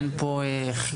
אין פה חיכוכים,